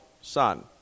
son